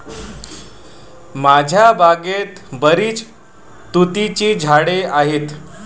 माझ्या बागेत बरीच तुतीची झाडे आहेत